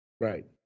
Right